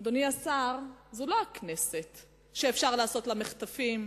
אדוני השר, זה לא הכנסת שאפשר לעשות בה מחטפים,